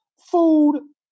food